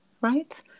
Right